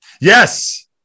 Yes